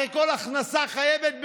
הרי כל הכנסה חייבת במס.